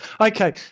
Okay